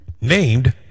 Named